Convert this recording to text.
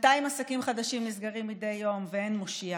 200 עסקים חדשים נסגרים מדי יום, ואין מושיע.